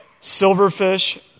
silverfish